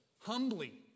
humbly